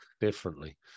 differently